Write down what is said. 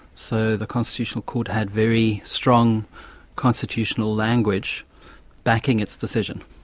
so the constitutional court had very strong constitutional language backing its decision,